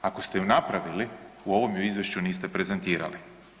Ako ste ju napravili u ovom ju izvješću niste prezentirali.